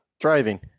driving